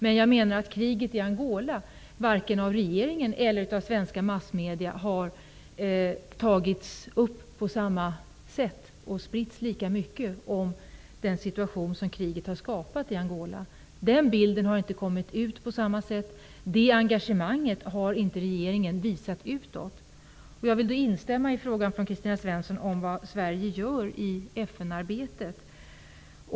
Men jag menar att kriget i Angola och den situation som kriget har skapat där inte har tagits upp på samma sätt vare sig av regeringen eller svenska massmedier. Den bilden har inte spritts på samma sätt. Regeringen har inte visat det engagemanget utåt. Jag vill instämma i Kristina Svenssons fråga om vad Sverige gör i FN-arbetet.